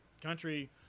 country